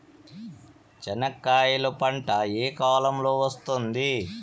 చెనక్కాయలు పంట ఏ కాలము లో వస్తుంది